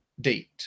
date